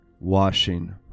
washing